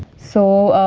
so,